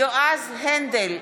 יועז הנדל,